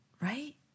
Right